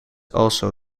also